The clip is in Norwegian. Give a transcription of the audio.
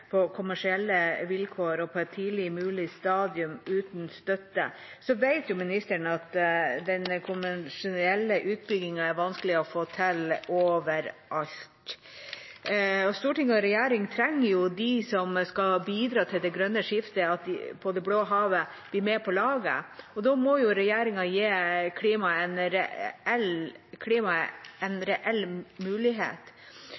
på kommersielle vilkår og på et tidligst mulig stadium uten støtte, vet jo ministeren at den kommersielle utbyggingen er vanskelig å få til overalt. Storting og regjering trenger at de som skal bidra til det grønne skiftet på det blå havet, blir med på laget, og da må regjeringa gi klimaet en reell